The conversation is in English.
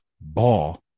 ball